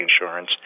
insurance